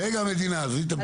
רגע מדינה, עזבי את המדינה.